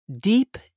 deep